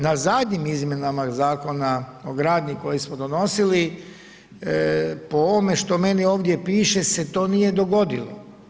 Na zadnjim izmjenama Zakona o gradnji koji smo donosili po ovome što meni ovdje piše se to nije dogodilo.